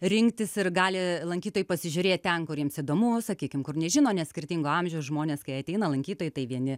rinktis ir gali lankytojai pasižiūrėt ten kur jiems įdomu sakykim kur nežino nes skirtingo amžiaus žmonės kai ateina lankytojai tai vieni